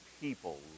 People